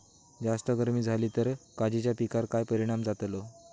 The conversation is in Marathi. जास्त गर्मी जाली तर काजीच्या पीकार काय परिणाम जतालो?